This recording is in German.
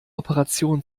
operation